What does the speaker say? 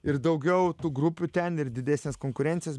ir daugiau tų grupių ten ir didesnės konkurencijos